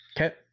okay